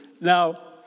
Now